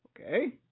okay